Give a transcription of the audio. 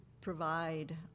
provide